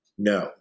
No